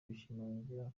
bashimangira